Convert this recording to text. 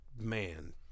man